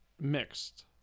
mixed